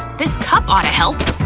this cup outta help!